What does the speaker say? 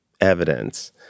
evidence